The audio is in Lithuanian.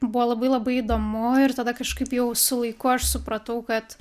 buvo labai labai įdomu ir tada kažkaip jau su laiku aš supratau kad